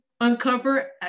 uncover